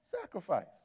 sacrifice